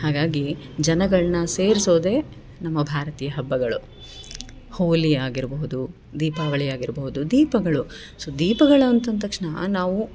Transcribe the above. ಹಾಗಾಗಿ ಜನಗಳನ್ನ ಸೇರಿಸೋದೆ ನಮ್ಮ ಭಾರತೀಯ ಹಬ್ಬಗಳು ಹೋಳಿ ಆಗಿರ್ಬೋದು ದೀಪಾವಳಿ ಆಗಿರ್ಬೋದು ದೀಪಗಳು ಸೊ ದೀಪಗಳು ಅಂತಂತಕ್ಷಣ ನಾವು